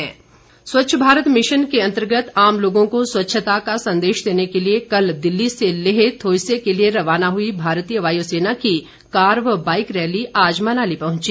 जागरूकता rally Swachh Bharat mission के अंतर्गत आम लोगों को स्वच्छता का संदेश देने के लिए कल दिल्ली से लेह थोइसे के लिए रवाना हुई भारतीय वायु सेना की कार व बाइक रैली आज मनाली पहुंची